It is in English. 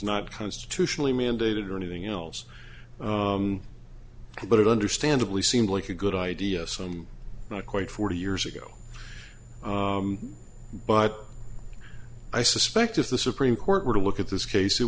not constitutionally mandated or anything else but it understandably seemed like a good idea so i'm not quite forty years ago but i suspect if the supreme court were to look at this case